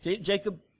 Jacob